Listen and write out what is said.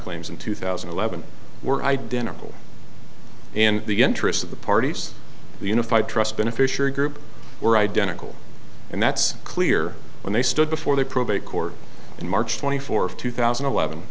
claims in two thousand and eleven were identical in the interest of the parties the unified trust beneficiary group were identical and that's clear when they stood before the probate court in march twenty fourth two thousand and eleven